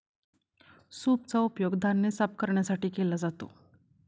सूपचा उपयोग धान्य साफ करण्यासाठी केला जातो